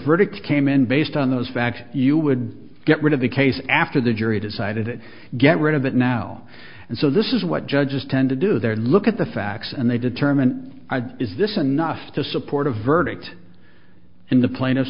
verdict came in based on those facts you would get rid of the case after the jury decided to get rid of it now and so this is what judges tend to do there look at the facts and they determine is this enough to support a verdict in the pla